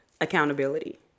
Accountability